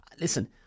listen